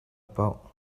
poh